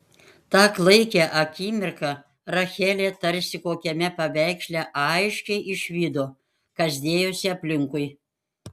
tą klaikią akimirką rachelė tarsi kokiame paveiksle aiškiai išvydo kas dėjosi aplinkui